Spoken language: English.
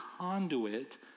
conduit